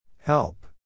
Help